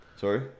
Sorry